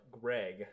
Greg